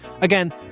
Again